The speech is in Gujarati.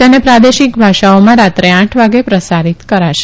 તેને પ્રાદેશિક ભાષાઓમાં રાત્રે આઠ વાગે પ્રસારિત કરાશે